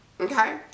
Okay